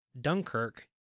Dunkirk